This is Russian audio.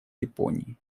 японии